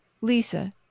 Lisa